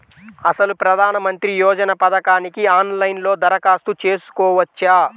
అసలు ప్రధాన మంత్రి యోజన పథకానికి ఆన్లైన్లో దరఖాస్తు చేసుకోవచ్చా?